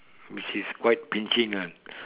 which is quite pinching ah